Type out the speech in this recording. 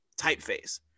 typeface